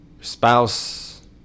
spouse